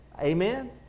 Amen